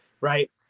Right